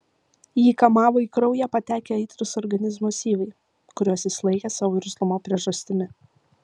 jį kamavo į kraują patekę aitrūs organizmo syvai kuriuos jis laikė savo irzlumo priežastimi